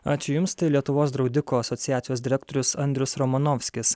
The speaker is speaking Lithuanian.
ačiū jums tai lietuvos draudikų asociacijos direktorius andrius romanovskis